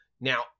now